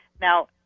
Now